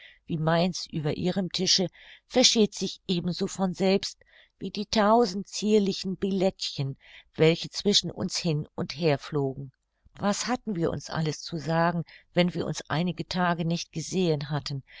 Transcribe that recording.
wie meines über ihrem tische versteht sich ebenso von selbst wie die tausend zierlichen billetchen welche zwischen uns hin und her flogen was hatten wir uns alles zu sagen wenn wir uns einige tage nicht gesehen hatten